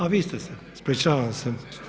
A vi ste se, ispričavam se.